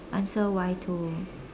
answer why to